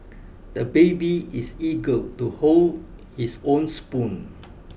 the baby is eager to hold his own spoon